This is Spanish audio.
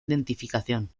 identificación